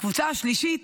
הקבוצה השלישית,